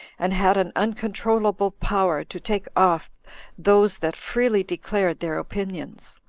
and had an uncontrollable power to take off those that freely declared their opinions.